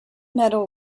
medal